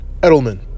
Edelman